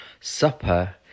Supper